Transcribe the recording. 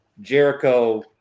Jericho